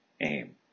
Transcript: aim